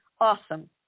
awesome